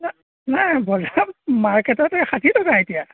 না নাই বজাৰ মাৰ্কেটতে ষাঠি টকা এতিয়া